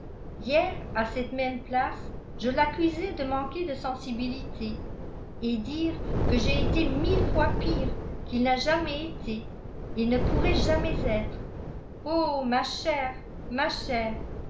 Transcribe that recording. hier à cette même place je l'accusais de manquer de sensibilité et dire que j'ai été mille fois pire qu'il n'a jamais été et ne pourrait jamais être oh ma chère ma chère